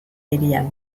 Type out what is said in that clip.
hirian